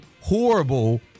horrible